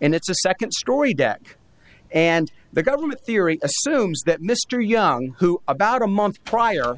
and it's a second story deck and the government theory assumes that mr young who about a month prior